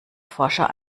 forscher